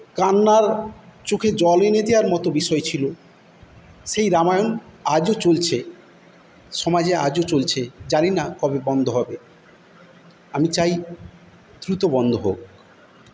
কান্নার চোখে জল এনে দেওয়ার মত বিষয় ছিল সেই রামায়ণ আজও চলছে সমাজে আজও চলছে জানি না কবে বন্ধ হবে আমি চাই দ্রুত বন্ধ হোক